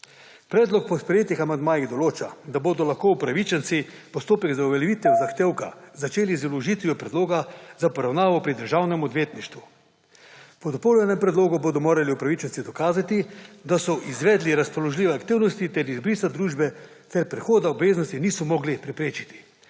Predlog po sprejetih amandmajih določa, da bodo lahko upravičenci postopek za uveljavitev zahtevka začeli z vložitvijo predloga za poravnavo pri državnem odvetništvu. Po dopolnjenem predlogu bodo morali upravičenci dokazati, da so izvedli razpoložljive aktivnosti ter izbrisa družbe ter prehoda obveznosti niso mogli preprečiti.